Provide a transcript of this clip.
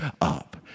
up